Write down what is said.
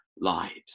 lives